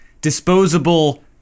disposable